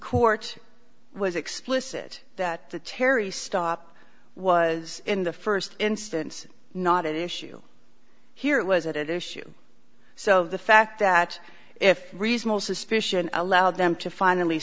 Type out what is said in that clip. court was explicit that the terry stop was in the first instance not at issue here was it issue so the fact that if reasonable suspicion allowed them to finally